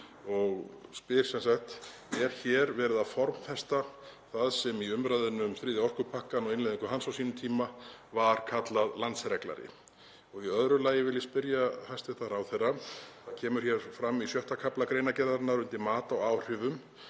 ég spyr sem sagt: Er hér verið að formfesta það sem í umræðunni um þriðja orkupakkann og innleiðingu hans á sínum tíma var kallað landsreglari? Í öðru lagi vil ég spyrja hæstv. ráðherra. Það kemur hérna fram í 6. kafla greinargerðarinnar undir Mat á áhrifum: